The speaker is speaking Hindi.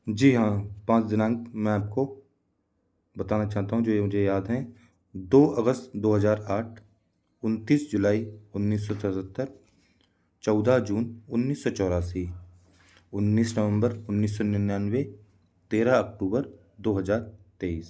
जी हाँ पाँच दिनांक मैं आप को बताना चाहता हूँ जो ये मुझे याद हैं दो अगस्त दो हज़ार आठ उनतीस जुलाई उन्नीस सौ सतहत्तर चौदह जून उन्नीस सौ चौरासी उन्नीस नवंबर उन्नीस सौ निन्यानवे तेरह अक्टूबर दो हज़ार तेईस